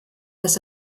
das